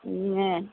ம்